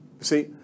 See